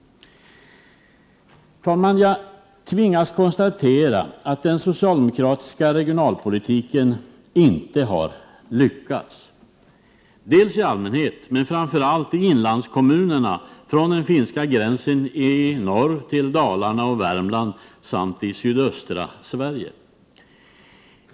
Jag tvingas konstatera att den socialdemokratiska regionalpolitiken inte har lyckats. Det gäller rent allmänt men framför allt i inlandskommunerna från finska gränsen i norr till Dalarna och Värmland samt i sydöstra Sverige.